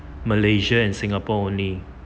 malaysia and singapore only